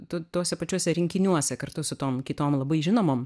tuo tuose pačiuose rinkiniuose kartu su tom kitom labai žinomom